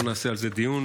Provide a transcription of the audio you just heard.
לא נעשה על זה דיון,